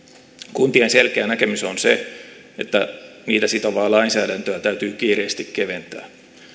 kuntien selkeä näkemys on se että niitä sitovaa lainsäädäntöä täytyy kiireesti keventää